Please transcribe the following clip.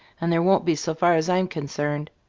and there won't be so far as i'm concerned.